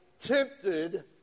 tempted